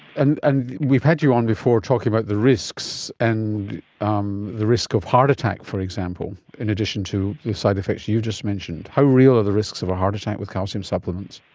and and we've had you on before talking about the risks and um the risk of heart attack, for example, in addition to the side-effects you've just mentioned. how real are the risks of a heart attack with calcium supplements?